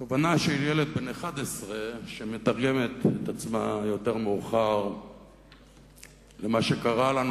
תובנה של ילד בן 11 שמתרגמת את עצמה יותר מאוחר למה שקרה לנו